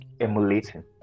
emulating